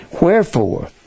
Wherefore